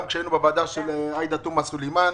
גם כשהיינו בוועדה של עאידה תומא סלימאן,